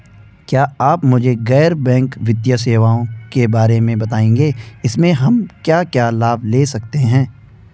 क्या आप मुझे गैर बैंक वित्तीय सेवाओं के बारे में बताएँगे इसमें हम क्या क्या लाभ ले सकते हैं?